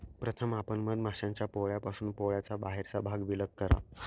प्रथम आपण मधमाश्यांच्या पोळ्यापासून पोळ्याचा बाहेरचा भाग विलग करा